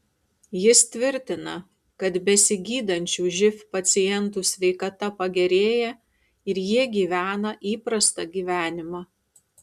jis tvirtina kad besigydančių živ pacientų sveikata pagerėja ir jie gyvena įprastą gyvenimą